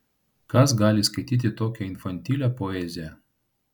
kas gali skaityti tokią infantilią poeziją